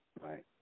right